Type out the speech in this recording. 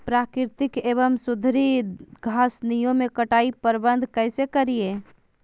प्राकृतिक एवं सुधरी घासनियों में कटाई प्रबन्ध कैसे करीये?